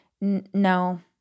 No